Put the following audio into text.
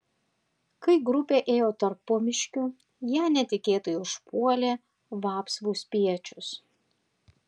kai grupė ėjo tarpumiškiu ją netikėtai užpuolė vapsvų spiečius